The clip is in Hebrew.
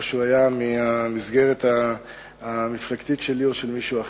או שהוא היה מהמסגרת המפלגתית שלי או של מישהו אחר.